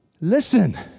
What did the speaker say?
listen